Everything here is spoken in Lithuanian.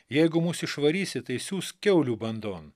jeigu mus išvarysi tai siųsk kiaulių bandon